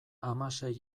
hamasei